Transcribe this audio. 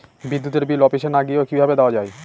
বিদ্যুতের বিল অফিসে না গিয়েও কিভাবে দেওয়া য়ায়?